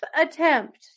attempt